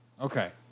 Okay